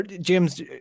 James